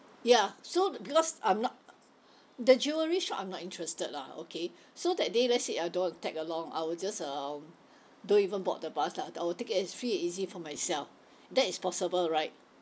ya so because I'm not the jewellery shop I'm not interested lah okay so that day let's say I don't want to tag along I will just uh don't even board the bus lah I will take it as free and easy for myself that is possible right